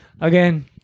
Again